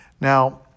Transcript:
Now